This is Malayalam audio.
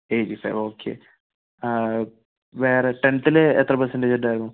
എയ്റ്റിഫൈവ് ഓക്കേ വേറെ ടെൻത്തിൽ എത്ര പേഴ്സൺൻ്റെജ് ഉണ്ടായിരുന്നു